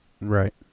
right